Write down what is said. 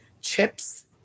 chips